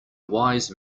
wise